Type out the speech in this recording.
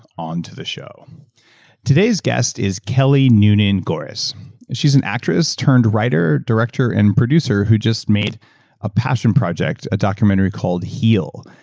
on to the show today's guest is kelly noonan gores, and she's an actress turned writer, director and producer who just made a passion project, a documentary called, heal.